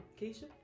Keisha